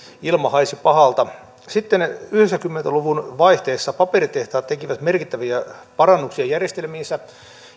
ilma haisi pahalta sitten yhdeksänkymmentä luvun vaihteessa paperitehtaat tekivät merkittäviä parannuksia järjestelmiinsä